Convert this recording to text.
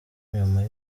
nyuma